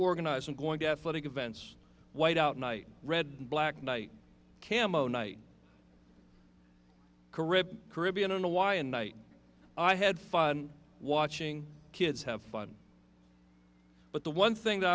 organize and going to athletic events white out night red black night cammo night caribbean caribbean and why and night i had fun watching kids have fun but the one thing that